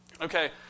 okay